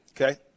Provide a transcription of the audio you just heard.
Okay